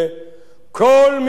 כל מי שמאזין,